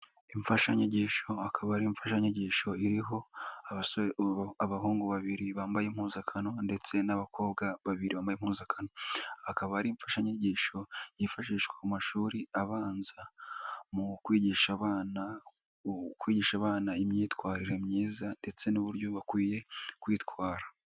Imfashanyigisho akaba ari imfashanyigisho iriho abasore, abahungu babiri bambaye impuzankano, ndetse n'abakobwa babiri bambaye impuzankano. Akaba ari imfashanyigisho yifashishwa mu mashuri abanza, mu kwigisha abana, kwigisha abana, imyitwarire myiza ndetse n'uburyo bakwiye kwitwara.